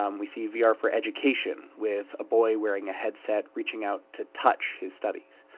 um we see vr ah for education with a boy wearing a headset reaching out to touch his studies.